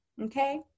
Okay